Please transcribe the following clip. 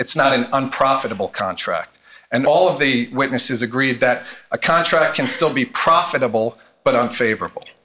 it's not an unprofitable contract and all of the witnesses agreed that a contract can still be profitable but unfavorable